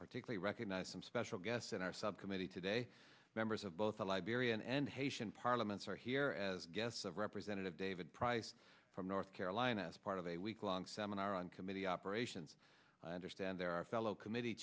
particularly recognize some special guests in our subcommittee today members of both the liberian and haitian parliaments are here as guests of representative david price from north carolina as part of a week long seminar on committee operations i understand there are fellow committee